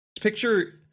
Picture